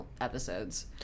episodes